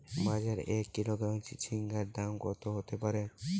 বাজারে এক কিলোগ্রাম চিচিঙ্গার দাম কত হতে পারে?